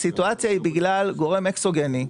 הסיטואציה היא בגלל גורם אקסוגני,